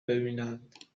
ببینند